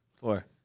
Four